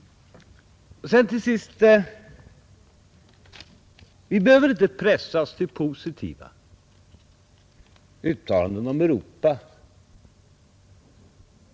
Jag vill till sist säga att vi inte alls behöver pressas till positiva uttalanden om Europa.